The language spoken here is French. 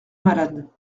malade